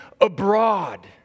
abroad